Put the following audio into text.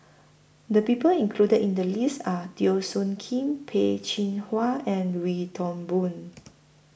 The People included in The list Are Teo Soon Kim Peh Chin Hua and Wee Toon Boon